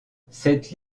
cette